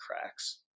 cracks